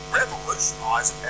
revolutionise